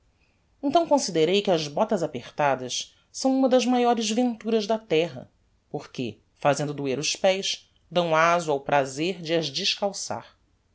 então considerei que as botas apertadas são uma das maiores venturas da terra porque fazendo doer os pés dão azo ao prazer de as descalçar